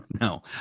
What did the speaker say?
No